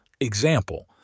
Example